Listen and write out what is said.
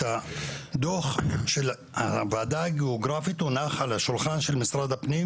הדו"ח של הוועדה הגיאוגרפית הונח על השולחן של משרד הפנים